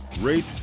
rate